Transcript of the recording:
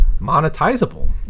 monetizable